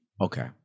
Okay